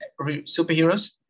superheroes